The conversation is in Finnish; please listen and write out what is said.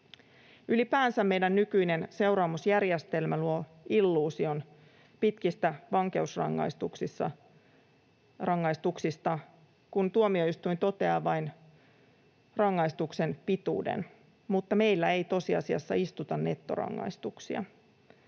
Ylipäänsä meidän nykyinen seuraamusjärjestelmä luo illuusion pitkistä vankeusrangaistuksista, kun tuomioistuin toteaa vain rangaistuksen pituuden mutta meillä ei tosiasiassa istuta nettorangaistuksia.